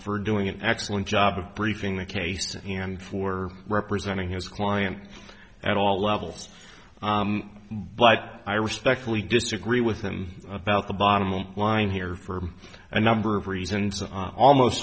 for doing an excellent job of briefing the case and for representing his client at all levels but i respectfully disagree with him about the bottom line here for a number of reasons almost